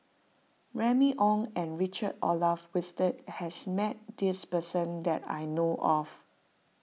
Remy Ong and Richard Olaf Winstedt has met this person that I know of